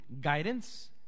guidance